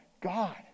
God